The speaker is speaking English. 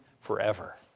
forever